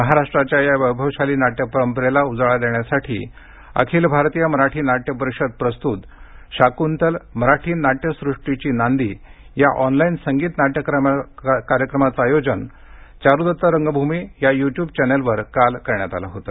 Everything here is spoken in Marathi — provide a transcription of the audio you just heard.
महाराष्ट्राच्या या वैभवशाली नाट्य परंपरेला उजाळा देण्यासाठी अखिल भारतीय मराठी नाटय परिषद प्रस्तूत शाकूंतल मराठी नाट्यसृष्टीची नांदी या ऑनलाइन संगीत नाट्य कार्यक्रमाचं आयोजन चारुदत्त रंगभूमी या युट्यूब चॅनेलवर काल करण्यात आलं होतं